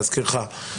להזכירך,